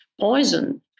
poison